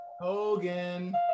Hogan